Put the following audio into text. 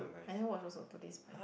I never watch also Totally Spies